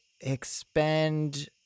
expend